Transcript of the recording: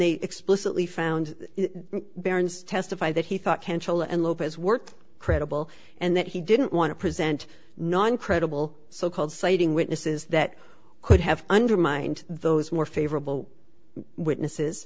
they explicitly found baron's testify that he thought control and lopez were credible and that he didn't want to present non credible so called citing witnesses that could have undermined those more favorable witnesses